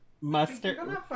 mustard-